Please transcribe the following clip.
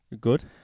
Good